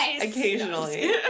Occasionally